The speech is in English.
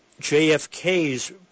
JFK's